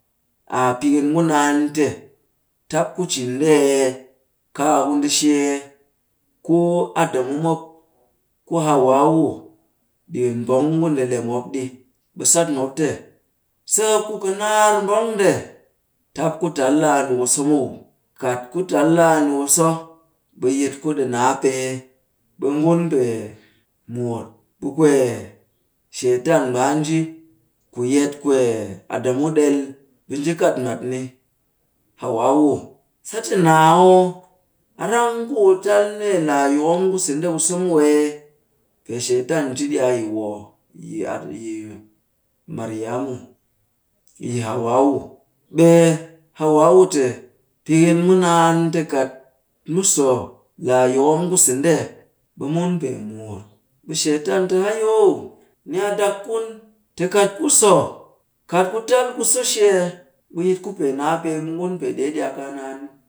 Aa pikin mu naan te tap ku cin nde ee? Kaku ndi shee ku adamu mop, ku hawawu ɗikin mbong ku ndi le mop ɗi. Ɓe sat mop te, sekep ku kɨ naar nbong nde, tap ku tal laa ni ku so muw. Kat ku tal laa ni ku so, ɓe yit ku ɗi naa pee. Ɓe ngun pee muut, ɓe kwee shaitan mbaa nji, ku yet kwee adamu ɗel. ɓe nji kat mat ni hawawu. Satte nawoo, a rang kuku tal mee laa yoko ku sende ku so muw ee? Pee shaitan nji ɗi a yi woo yi ad-yi maryamu, yi hawawu. Ɓe hawawu te, pikin mu naan te kat mu so laa yokom ku sende, ɓe mun pee muut. Ɓe shaitan te hayau ni a kun. Te kat ku so, kat ku tal ku so shee, ɓe yit pee naa pee, ɓe ngun pee ɗee ɗi a kaa naan.